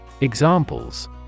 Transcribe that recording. Examples